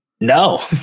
No